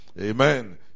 Amen